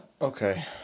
Okay